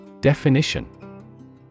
Definition